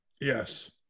Yes